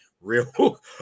real